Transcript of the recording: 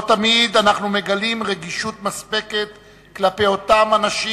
לא תמיד אנחנו מגלים רגישות מספקת כלפי אותם אנשים,